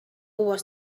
was